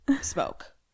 smoke